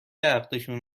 عقدشون